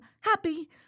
happy